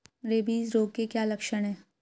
Rabies रोग के क्या लक्षण है?